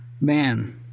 man